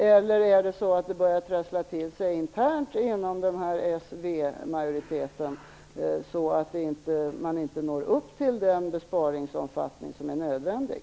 Eller börjar det trassla till sig internt inom s-v-majoriteten, så att man inte når upp till den omfattning av besparingen som är nödvändig?